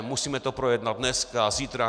Musíme to projednat dneska, zítra.